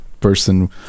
person